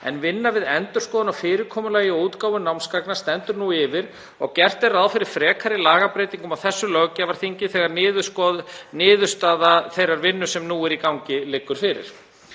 en vinna við endurskoðun á fyrirkomulagi útgáfu námsgagna stendur nú yfir og gert ráð fyrir frekari lagabreytingum á þessu löggjafarþingi þegar niðurstaða þeirrar vinnu sem nú er í gangi liggur fyrir.